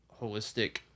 holistic